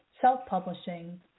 self-publishing